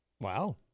Wow